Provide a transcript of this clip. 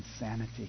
insanity